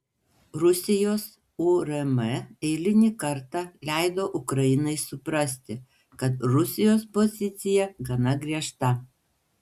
rusijos urm eilinį kartą leido ukrainai suprasti kad rusijos pozicija gana griežta